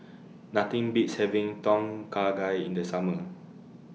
Nothing Beats having Tom Kha Gai in The Summer